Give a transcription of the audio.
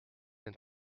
and